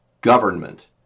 government